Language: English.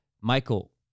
Michael